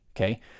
okay